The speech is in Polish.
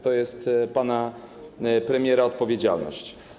To jest pana premiera odpowiedzialność.